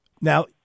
Now